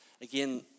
Again